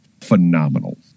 phenomenal